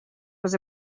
was